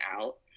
out